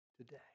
today